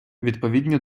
відповідні